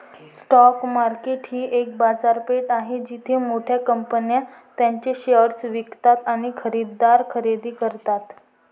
stock market ही एक बाजारपेठ आहे जिथे मोठ्या कंपन्या त्यांचे शेअर्स विकतात आणि खरेदीदार खरेदी करतात